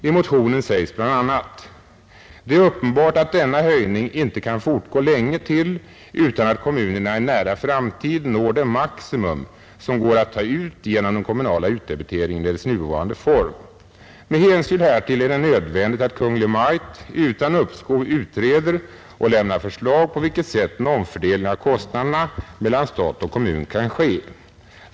I motionen sägs bl.a.: ”Det är uppenbart att denna höjning icke kan fortgå länge till utan att kommunerna i en nära framtid når det maximum, som går att ta ut genom den kommunala utdebiteringen i dess nuvarande form. Med hänsyn härtill är det nödvändigt att Kungl. Maj:t utan uppskov utreder och lämnar förslag på vilket sätt en omfördelning av kostnaderna mellan stat och kommun kan ske.